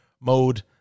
mode